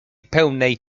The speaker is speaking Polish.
pełnej